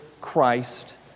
Christ